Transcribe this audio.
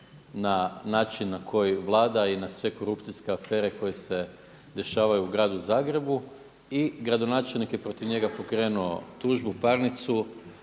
na način na koji vlada i na sve korupcijske afere koje se dešavaju u Gradu Zagrebu i gradonačelnik je protiv njega pokrenuo tužbu, parnicu,